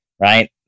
right